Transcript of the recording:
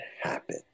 happen